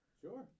Sure